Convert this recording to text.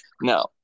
No